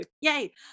yay